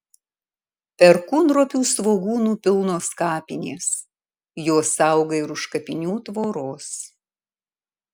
perkūnropių svogūnų pilnos kapinės jos auga ir už kapinių tvoros